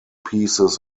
pieces